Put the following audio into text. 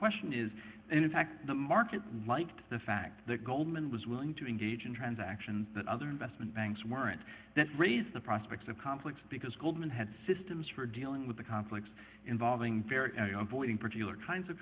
question is in fact the market liked the fact that goldman was willing to engage in transactions that other investment banks weren't that raise the prospects of conflicts because goldman had systems for dealing with the conflicts involving very important particular kinds of